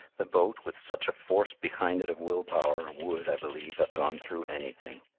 the boat, with such a force behind it of will power, would, i believe, have gone through anything.